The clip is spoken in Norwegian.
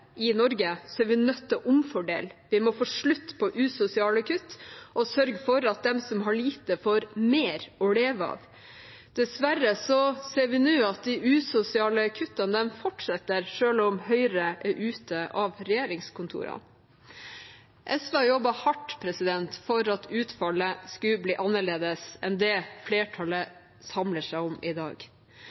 i Norge, er vi nødt til å omfordele. Vi må få slutt på usosiale kutt og sørge for at de som har lite, får mer å leve av. Dessverre ser vi nå at de usosiale kuttene fortsetter selv om Høyre er ute av regjeringskontorene. SV har jobbet hardt for at utfallet skulle bli annerledes enn det flertallet samler seg om i dag.